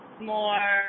more